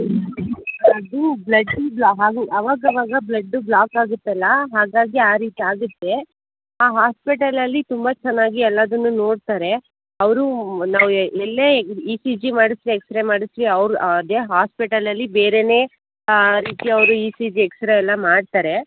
ಅದು blood ಅವಾಗಾವಾಗ blood block ಆಗುತ್ತಲ್ಲ ಹಾಗಾಗಿ ಆ ರೀತಿ ಆಗುತ್ತೆ ಆ ಹಾಸ್ಪಿಟಲಲ್ಲಿ ತುಂಬ ಚೆನ್ನಾಗಿ ಎಲ್ಲದನ್ನು ನೋಡ್ತಾರೆ ಅವರು ನಾವು ಎಲ್ಲೇ ಇ ಸಿ ಜಿ ಮಾಡಿಸಿರಿ ಎಕ್ಸ್ರೇ ಮಾಡಿಸಿರಿ ಅವ್ರು ಅದೇ ಹಾಸ್ಪಿಟಲಲ್ಲಿ ಬೇರೆಯೇ ರೀತಿ ಅವರು ಇ ಸಿ ಜಿ ಎಕ್ಸ್ರೇ ಎಲ್ಲ ಮಾಡ್ತಾರೆ